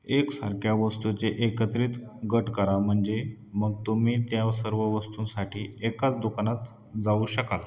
एकसारख्या वस्तूचे एकत्रित गट करा म्हणजे मग तुम्ही त्या सर्व वस्तूंसाठी एकाच दुकानात जाऊ शकाल